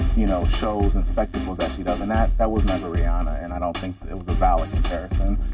you know, shows and spectacles that she does. and that that was never rihanna. and i don't think it was a valid comparison.